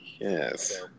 Yes